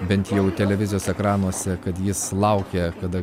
bent jau televizijos ekranuose kad jis laukia kada